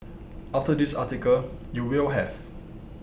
after this article you will have